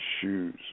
shoes